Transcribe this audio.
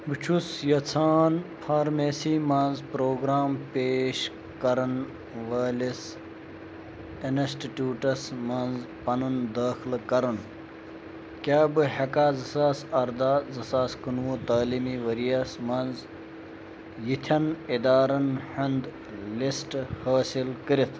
بہٕ چھُس یژھان فارمیٚسی منٛز پروگرام پیش کَرَن وٲلِس اِنَسٹِٹیوٗٹَس منٛز پَنُن دٲخلہٕ کَرُن کیٛاہ بہٕ ہٮ۪کھا زٕ ساس ارداہ زٕ ساس کُنہٕ وُہ تٲلیٖمی ؤری یَس منٛز یِتھین اِدارَن ہُنٛد لِسٹ حٲصِل کٔرِتھ